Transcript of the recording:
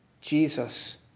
Jesus